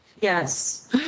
Yes